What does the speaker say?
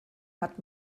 hat